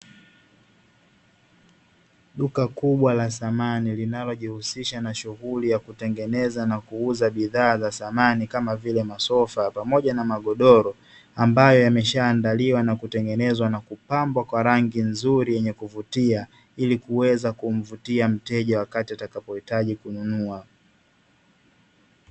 Duka kubwa la samani linalojihusisha na shughuli ya kutengeneza na kuuza bidhaa za samani kama vile; masofa pamoja na magodoro ambayo yameshaandaliwa na kutengenezwa na kupambwa kwa rangi nzuri inayovutia, ilikuweza kumvutia mteja wakati atakapo hitaji kununua.